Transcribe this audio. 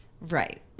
Right